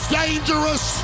dangerous